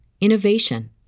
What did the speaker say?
innovation